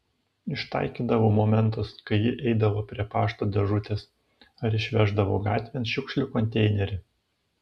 ištaikydavau momentus kai ji eidavo prie pašto dėžutės ar išveždavo gatvėn šiukšlių konteinerį